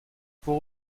pour